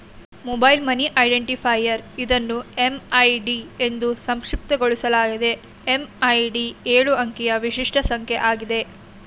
mobile money identifier ಇದನ್ನು MMID ಎಂದೂ ಸಂಕ್ಷಿಪ್ತಗೊಳಿಸಲಾಗಿದೆ ಎಂ.ಎಂ.ಐ.ಡಿ ಎಳು ಅಂಕಿಯ ವಿಶಿಷ್ಟ ಸಂಖ್ಯೆ ಆಗಿದೆ